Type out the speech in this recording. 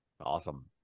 Awesome